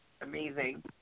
amazing